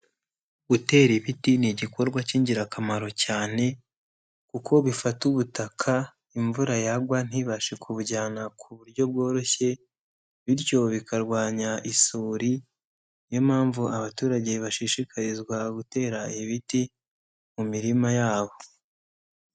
Gutera ibiti ni igikorwa k'ingirakamaro cyane kuko bifata ubutaka imvura yagwa ntibashe kubujyana ku buryo bworoshye bityo bikarwanya isuri, ni yo mpamvu abaturage bashishikarizwa gutera ibiti mu mirima yabo.